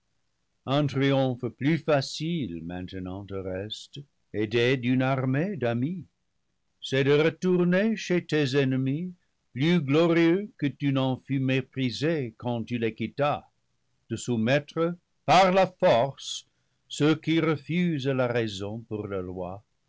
un triomphe plus facile maintenant te reste aidé d'une armée d'amis c'est de retourner chez tes ennemis plus glorieux que tu n'en fus méprisé quand tu les quittas de soumettre par la force ceux qui refusent la raison pour leur loi